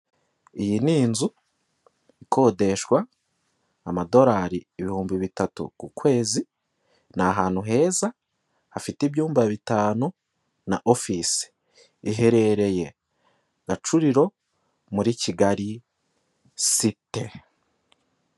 Iyi ni inzu ikodeshwa amadorari ibihumbi bitatu ku kwezi ni ahantu heza hafite ibyumba bitanu na ofisi (office ) iherereye Gacuriro muri Kigali cite.